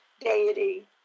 deity